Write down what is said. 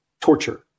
torture